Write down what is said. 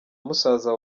musaza